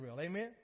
Amen